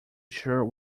sure